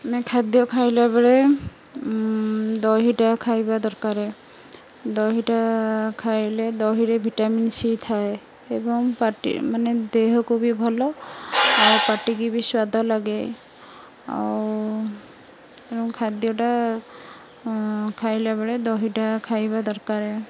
ଆମେ ଖାଦ୍ୟ ଖାଇଲାବେଳେ ଦହିଟା ଖାଇବା ଦରକାର ଦହିଟା ଖାଇଲେ ଦହିରେ ଭିଟାମିନ୍ ସି ଥାଏ ଏବଂ ପାଟି ମାନେ ଦେହକୁ ବି ଭଲ ଆଉ ପାଟିକି ବି ସ୍ୱାଦ ଲାଗେ ଆଉ ତେଣୁ ଖାଦ୍ୟଟା ଖାଇଲାବେଳେ ଦହିଟା ଖାଇବା ଦରକାର